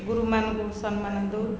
ଗୁରୁମାନଙ୍କୁ ସମ୍ମାନ ଦେଉ